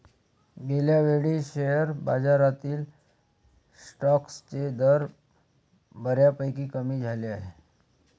गेल्यावेळी शेअर बाजारातील स्टॉक्सचे दर बऱ्यापैकी कमी झाले होते